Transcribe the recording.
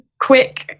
quick